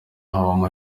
habamo